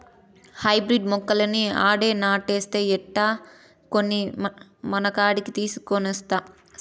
hybrid మొక్కలన్నీ ఆడే నాటేస్తే ఎట్టా, కొన్ని మనకాడికి తీసికొనొస్తా